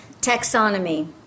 Taxonomy